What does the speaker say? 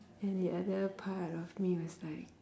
and the other part of me was like